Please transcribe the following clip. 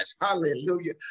Hallelujah